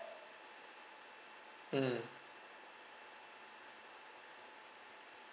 mmhmm